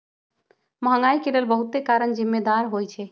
महंगाई के लेल बहुते कारन जिम्मेदार होइ छइ